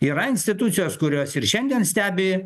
yra institucijos kurios ir šiandien stebi